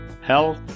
health